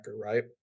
right